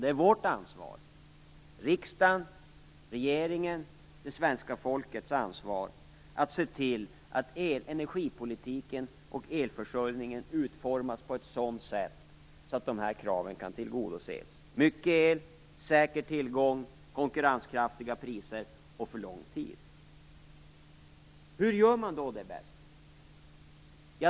Det är vårt ansvar - riksdagen, regeringen, det svenska folket - att se till att energipolitiken och elförsörjningen utformas på ett sådant sätt att kraven kan tillgodoses. Mycket el, säker tillgång, konkurrenskraftiga priser och lång tid. Hur gör man detta bäst?